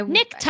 Nick